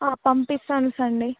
పంపిస్తాను సండే